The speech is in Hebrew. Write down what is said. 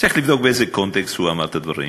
צריך לבדוק באיזה קונטקסט הוא אמר את הדברים.